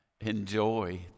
enjoy